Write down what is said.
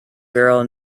girl